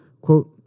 Quote